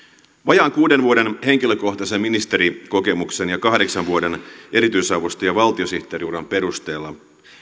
vajaan kuuden vuoden henkilökohtaisen ministerikokemuksen ja kahdeksan vuoden erityisavustaja ja valtiosihteeriuran perusteella